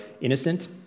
innocent